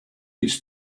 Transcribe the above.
it’s